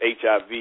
HIV